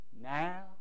Now